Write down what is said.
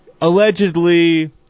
Allegedly